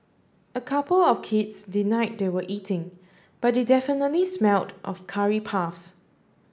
a couple of kids denied they were eating but they definitely smelled of curry puffs